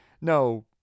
no